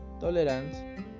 tolerance